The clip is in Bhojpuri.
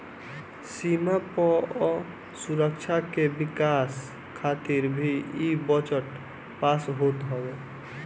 सीमा पअ सुरक्षा के विकास खातिर भी इ बजट पास होत हवे